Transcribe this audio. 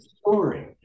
story